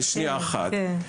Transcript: בשנייה אחת.